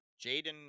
Jaden